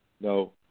no